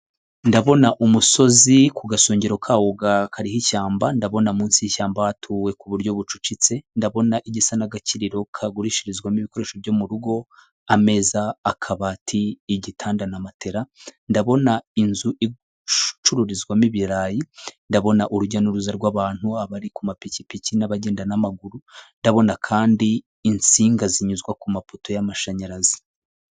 Ndabona umusozi ku gasongero kawo ubwa kariho ishyamba ndabona munsi yishyamba watuwe ku buryo bucucitse ndabona igisa n'agakiriro kagurishirizwamo ibikoresho byo mu rugo ameza ,akabati, igitanda na matera ,ndabona inzu i icururizwamo ibirayi ,ndabona urujya n'uruza rw'abantu bari ku mapikipiki n'abagenda n'amaguru, ndabona kandi insinga zinyuzwa ku mapoto y'amashanyarazi.